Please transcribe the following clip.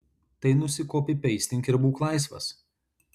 tai nusikopipeistink ir būk laisvas